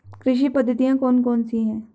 कृषि पद्धतियाँ कौन कौन सी हैं?